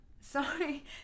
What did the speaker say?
Sorry